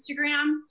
Instagram